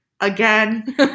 again